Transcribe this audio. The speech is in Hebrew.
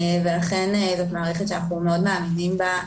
לכן זו מערכת שאנחנו מאוד מאמינים בה,